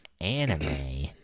anime